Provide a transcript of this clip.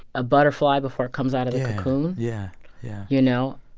a butterfly before it comes out of the cocoon, yeah yeah you know?